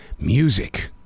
music